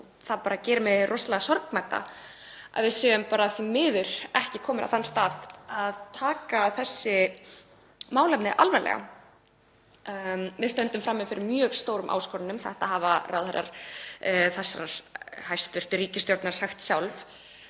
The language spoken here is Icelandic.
Það gerir mig rosalega sorgmædda að við séum því miður ekki komin á þann stað að taka þessi málefni alvarlega. Við stöndum frammi fyrir mjög miklum áskorunum. Þetta hafa ráðherrar þessarar hæstv. ríkisstjórnar sagt sjálfir.